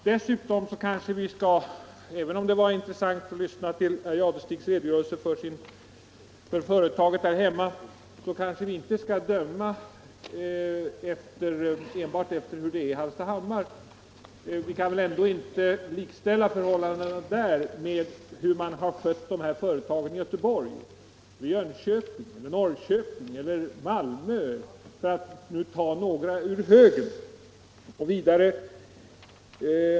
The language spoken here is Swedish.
Dessutom — även om det var intressant att lyssna till herr Jadestigs redogörelse för företaget där hemma — kanske vi inte bör döma enbart efter hur förhållandena är i Hallstahammar. Vi kan ju inte jämställa förhållandena där med hur man har skött sådana företag i Göteborg, i Jönköping, i Norrköping eller i Malmö, för att ta några exempel ur högen.